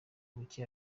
buke